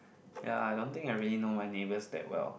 ya I don't think I really know my neighbours that well